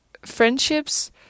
friendships